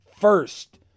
First